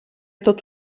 tot